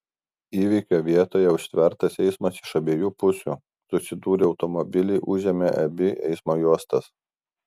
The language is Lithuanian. įvykio vietoje užtvertas eismas iš abiejų pusių susidūrė automobiliai užėmė abi eismo juostas